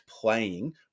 playing